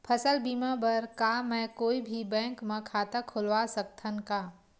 फसल बीमा बर का मैं कोई भी बैंक म खाता खोलवा सकथन का?